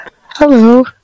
Hello